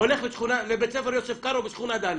הולך לבית ספר "יוסף קארו" בשכונה ד'.